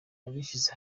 abishyize